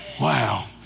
Wow